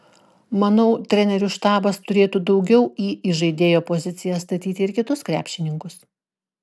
manau trenerių štabas turėtų daugiau į įžaidėjo poziciją statyti ir kitus krepšininkus